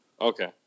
Okay